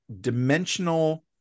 dimensional